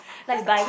that's like